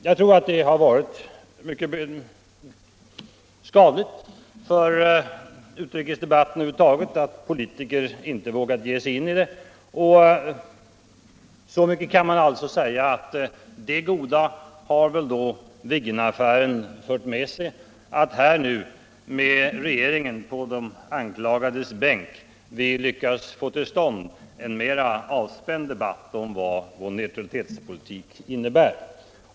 Jag tror att det har varit mycket skadligt för utrikesdebatten över huvud taget att politiker inte vågat ge sig in i en sådan principdiskussion, så något gott har ändå Viggenaffären fört med sig; med regeringen på de anklagades bänk har vi lyckats få till stånd en mera avspänd debatt om vad vår neutralitetspolitik innebär.